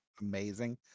amazing